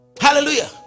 Hallelujah